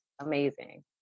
amazing